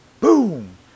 boom